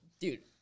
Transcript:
Dude